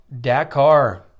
Dakar